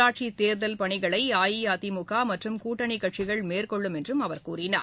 உள்ளாட்சித் தேர்தல் பணிகளை அஇஅதிமுக மற்றும் கூட்டணி கட்சிகள் மேற்கொள்ளும் என்றும் அவர் கூறினார்